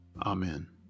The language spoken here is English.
Amen